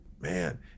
man